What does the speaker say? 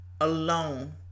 alone